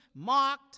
mocked